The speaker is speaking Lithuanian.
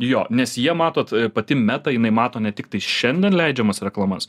jo nes jie matot pati meta jinai mato ne tiktai šiandien leidžiamas reklamas